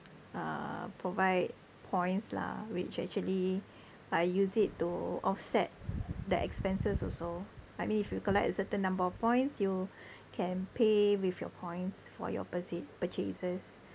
uh provide points lah which actually I use it to offset the expenses also I mean if you collect a certain number of points you can pay with your points for your purc~ purchases